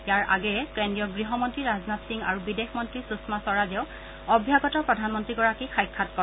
ইয়াৰ আগেয়ে কেন্দ্ৰীয় গৃহমন্ত্ৰী ৰাজনাথ সিং আৰু বিদেশ মন্ত্ৰী সুষমা স্বৰাজেও অভ্যাগত প্ৰধানমন্ত্ৰীগৰাকীক সাক্ষাৎ কৰে